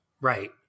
Right